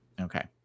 Okay